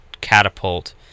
catapult